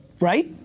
Right